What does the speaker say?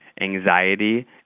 anxiety